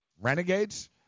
Renegades